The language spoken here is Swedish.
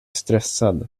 stressad